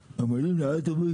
אני צריך לנסוע מרמת גן לתל אביב,